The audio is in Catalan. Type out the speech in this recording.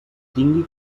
tingui